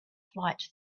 flight